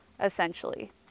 essentially